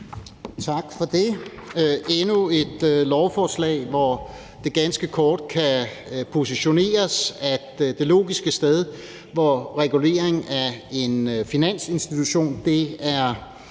Tak for det. Det er endnu et lovforslag, hvortil det ganske kort kan siges, at det logiske sted, hvor der er regulering af en finansinstitution, og hvor